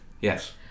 Yes